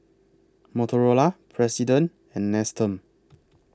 Motorola President and Nestum